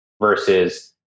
versus